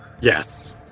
Yes